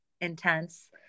intense